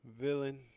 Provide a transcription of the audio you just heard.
villain